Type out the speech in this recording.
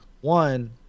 One